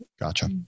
Gotcha